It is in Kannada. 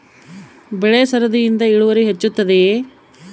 ಬೆಳೆ ಸರದಿಯಿಂದ ಇಳುವರಿ ಹೆಚ್ಚುತ್ತದೆಯೇ?